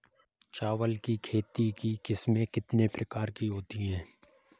चावल की खेती की किस्में कितने प्रकार की होती हैं?